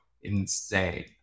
Insane